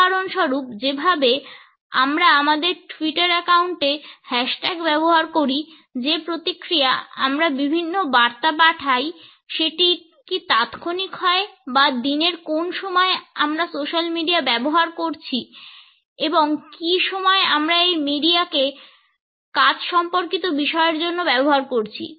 উদাহরণস্বরূপ যেভাবে আমরা আমাদের টুইটার অ্যাকাউন্টে হ্যাশট্যাগ ব্যবহার করি যে প্রতিক্রিয়া আমরা বিভিন্ন বার্তায় পাঠাই সেটি কি তাৎক্ষণিক হয় বা দিনের কোন সময় আমরা সোশ্যাল মিডিয়া ব্যবহার করছি এবং কী সময় আমরা এই মিডিয়াকে কাজ সম্পর্কিত বিষয়ের জন্য ব্যবহার করছি